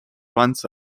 runs